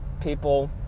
people